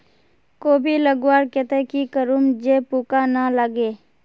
कोबी लगवार केते की करूम जे पूका ना लागे?